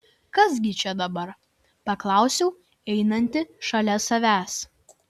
kas gi čia dabar paklausiau einantį šalia savęs